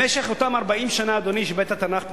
במשך אותן 40 שנה, אדוני, שבית-התנ"ך פועל,